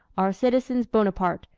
are citizens buonaparte,